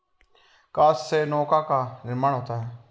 काष्ठ से नौका का निर्माण होता है